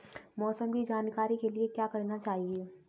मौसम की जानकारी के लिए क्या करना चाहिए?